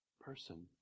person